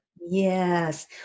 Yes